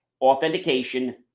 Authentication